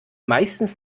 meistens